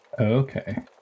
okay